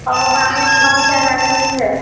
હવે વૉમિટ ત્રણ ચાર વાર થઈ છે